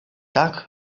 tak